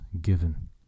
given